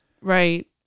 Right